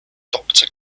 doctor